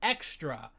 Extra